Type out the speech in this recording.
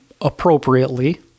appropriately